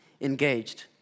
engaged